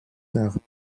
tinrent